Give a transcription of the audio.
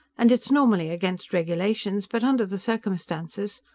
and it's normally against regulations, but under the circumstances.